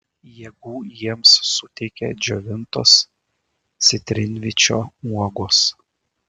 jėgų jiems suteikia džiovintos citrinvyčio uogos